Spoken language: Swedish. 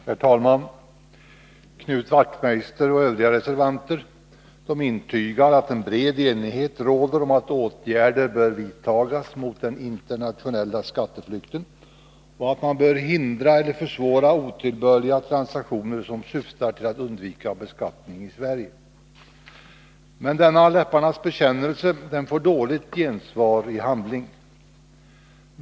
Herr talman! Knut Wachtmeister och övriga reservanter intygar att en bred enighet råder om att åtgärder bör vidtagas mot den internationella skatteflykten och att man bör hindra eller försvåra otillbörliga transaktioner som syftar till att undvika beskattning i Sverige. Men denna läpparnas bekännelse får dåligt gensvar i handling.